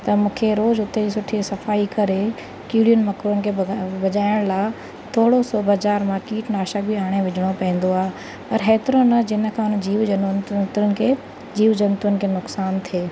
त मूंखे रोज़ु हुते सुठी सफ़ाई करे कीड़ी मकौड़नि खे भगा भॼाइण लाइ थोरो सो बज़ार मां कीटनाशक बि आणे विझिणो पवंदो आहे पर हेतिरो न जिनि खां जीव जंतुनि खे जीव जंतुनि खे नुक़सानु थिए